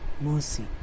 Mercy